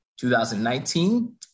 2019